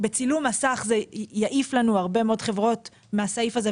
בצילום מסך זה יעיף לנו הרבה מאוד חברות מהסעיף הזה,